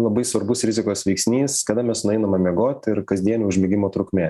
labai svarbus rizikos veiksnys kada mes nueiname miegoti ir kasdienio užmigimo trukmė